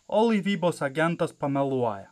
o laivybos agentas pameluoja